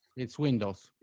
it's windows.